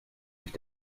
ich